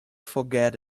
forget